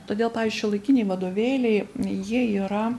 todėl pavyzdžiui šiuolaikiniai vadovėliai jie yra